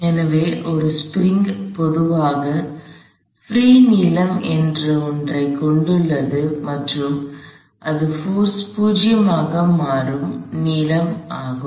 எனவே ஒரு ஸ்ப்ரிங் பொதுவாக பிரீ நீளம் என்று ஒன்றைக் கொண்டுள்ளது மற்றும் அது போர்ஸ் 0 ஆக மாறும் நீளம் ஆகும்